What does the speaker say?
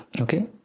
okay